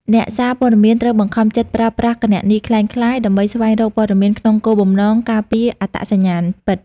អ្នកសារព័ត៌មានត្រូវបង្ខំចិត្តប្រើប្រាស់គណនីក្លែងក្លាយ ដើម្បីស្វែងរកព័ត៌មានក្នុងគោលបំណងការពារអត្តសញ្ញាណពិត។